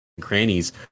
crannies